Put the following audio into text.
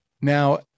Now